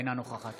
אינה נוכחת